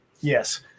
Yes